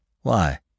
Why